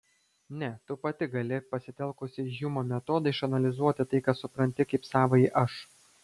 ne tu pati gali pasitelkusi hjumo metodą išanalizuoti tai ką supranti kaip savąjį aš